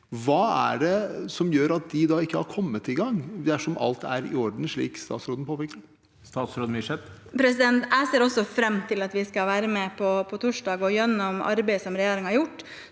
hva er det som gjør at de da ikke har kommet i gang, dersom alt er i orden, slik statsråden påpeker? Statsråd Cecilie Myrseth Jeg ser også fram til at vi skal være med på torsdag. Gjennom arbeidet som regjeringen har gjort,